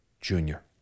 Junior